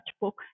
book